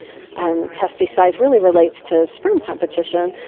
and testes size really relates to sperm competition.